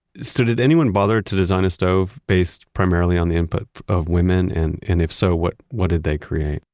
so did anyone bother to design a stove based primarily on the input of women, and and if so, what what did they create?